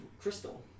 crystal